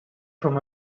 from